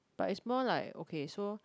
but it's more like okay so